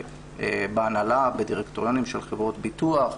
בהנהלה, בדירקטוריונים של חברות ביטוח.